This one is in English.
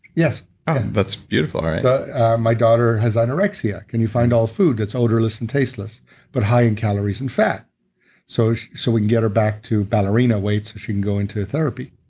yes that's beautiful my daughter has anorexia. can you find all food that's odorless and tasteless but high in calories and fat so so we can get her back to ballerina weight so she can go into therapy?